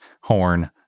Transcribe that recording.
horn